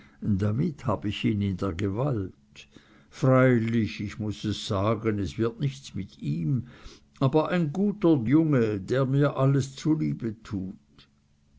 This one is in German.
damit hab ich ihn in der gewalt freilich ich muß es sagen es wird nichts mit ihm aber ein guter junge der mir alles zuliebe tut